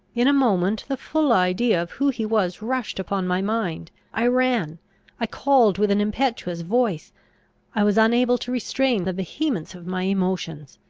in a moment the full idea of who he was rushed upon my mind i ran i called with an impetuous voice i was unable to restrain the vehemence of my emotions.